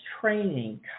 training